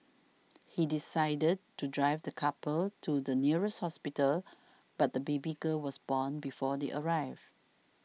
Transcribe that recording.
he decided to drive the couple to the nearest hospital but the baby girl was born before they arrived